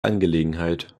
angelegenheit